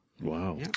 Wow